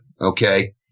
Okay